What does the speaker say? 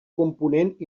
component